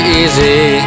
easy